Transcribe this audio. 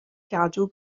gadw